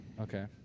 Okay